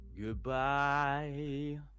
Goodbye